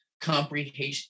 comprehension